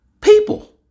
people